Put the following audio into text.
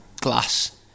glass